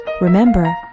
Remember